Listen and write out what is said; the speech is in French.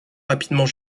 rapidement